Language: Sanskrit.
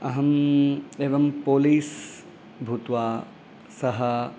अहम् एवं पोलीस् भूत्वा सः